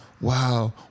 Wow